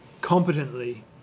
competently